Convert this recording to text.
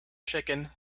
chicken